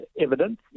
evidence